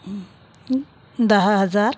दहा हजार